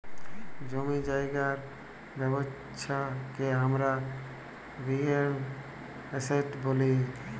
জমি জায়গার ব্যবচ্ছা কে হামরা রিয়েল এস্টেট ব্যলি